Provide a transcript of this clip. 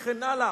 וכן הלאה.